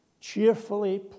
Cheerfully